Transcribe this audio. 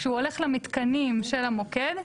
כשהוא הולך למתקנים של המוקד,